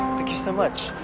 thank you so much.